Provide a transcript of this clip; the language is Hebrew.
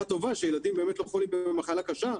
הטובה שילדים באמת לא חולים במחלה קשה,